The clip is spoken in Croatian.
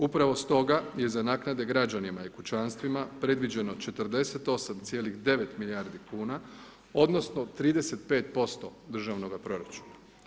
Upravo stoga je za naknade građanima i kućanstvima predviđeno 49,9 milijardi kuna odnosno 35% državnoga proračuna.